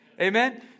Amen